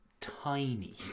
tiny